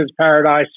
Paradise